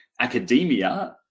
academia